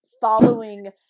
following